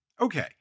Okay